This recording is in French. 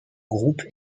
groupe